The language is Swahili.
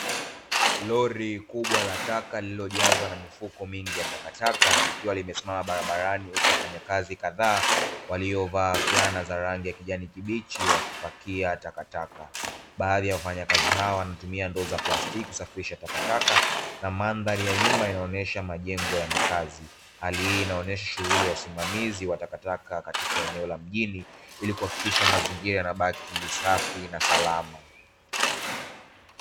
Lori kubwa la taka likiwa limesimama barabarani wanatumia ndoo za plastiki kupakia takataka hizo ili kuhakikisha mazingira yanabaki safi